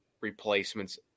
replacements